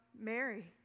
Mary